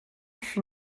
fut